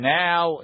now